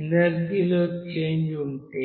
energy లో change ఉంటే